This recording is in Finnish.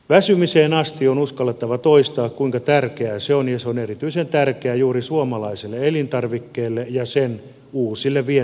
väsymiseen asti on uskallettava toistaa kuinka tärkeää se on ja se on erityisen tärkeää juuri suomalaiselle elintarvikkeelle ja sen uusille vientimahdollisuuksille